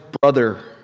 brother